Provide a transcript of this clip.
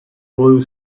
blue